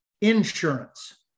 insurance